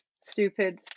stupid